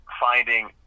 finding